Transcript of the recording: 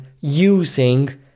using